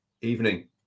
evening